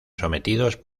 sometidos